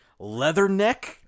Leatherneck